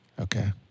okay